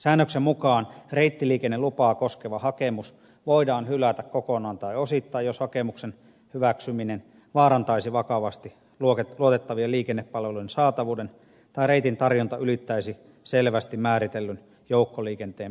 säännöksen mukaan reittiliikennelupaa koskeva hakemus voidaan hylätä kokonaan tai osittain jos hakemuksen hyväksyminen vaarantaisi vakavasti luotettavien liikennepalvelujen saatavuuden tai reitin tarjonta ylittäisi selvästi määritellyn joukkoliikenteen palvelutason